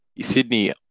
Sydney